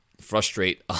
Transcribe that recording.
frustrate